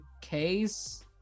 case